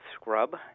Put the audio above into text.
scrub